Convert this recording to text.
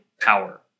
power